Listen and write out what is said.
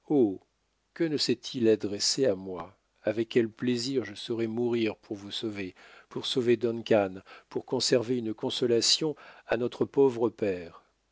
que ne s'est-il adressé à moi avec quel plaisir je saurais mourir pour vous sauver pour sauver duncan pour conserver une consolation à notre pauvre père